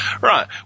Right